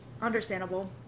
Understandable